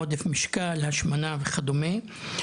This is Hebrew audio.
עודף משקל, השמנה וכדומה.